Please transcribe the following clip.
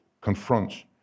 confronts